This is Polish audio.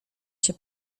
się